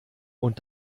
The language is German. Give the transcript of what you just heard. und